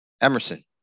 Emerson